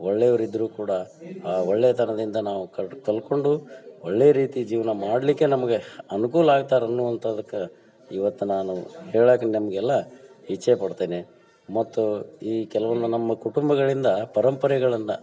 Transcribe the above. ಒಳ್ಳೆಯವರಿದ್ರೂ ಕೂಡ ಒಳ್ಳೆಯತನದಿಂದ ನಾವು ಕಲ್ತ್ಕೊಂಡು ಒಳ್ಳೆಯ ರೀತಿ ಜೀವನ ಮಾಡಲಿಕ್ಕೆ ನಮಗೆ ಅನುಕೂಲ ಆಗ್ತಾರೆ ಅನ್ನುವಂಥದಕ್ಕೆ ಇವತ್ತು ನಾನು ಹೇಳಕ್ಕ ನಮಗೆಲ್ಲ ಇಚ್ಛೆ ಪಡ್ತೇನೆ ಮತ್ತು ಈ ಕೆಲವನ್ನು ನಮ್ಮ ಕುಟುಂಬಗಳಿಂದ ಪರಂಪರೆಗಳನ್ನು